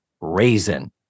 Raisin